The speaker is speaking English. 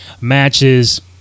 matches